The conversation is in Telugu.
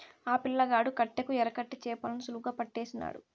ఆ పిల్లగాడు కట్టెకు ఎరకట్టి చేపలను సులువుగా పట్టేసినాడు